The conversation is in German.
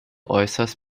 äußerst